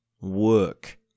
work